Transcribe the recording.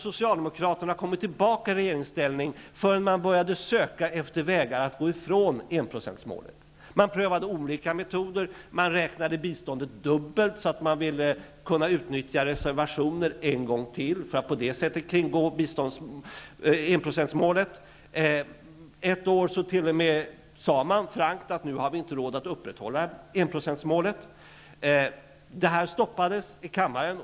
Socialdemokraterna hade knappt kommit tillbaka i regeringsställning förrän de började söka efter vägar att gå ifrån enprocentsmålet. Man prövade olika metoder. Man räknade biståndet dubbelt så att man kunde utnyttja reservationer en gång till för att på det sättet nå enprocentsmålet. Ett år sade man t.o.m. helt frankt att vi nu inte hade råd att upprätthålla enprocentsmålet. Detta förslag stoppades i kammaren.